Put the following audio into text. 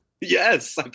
Yes